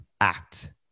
act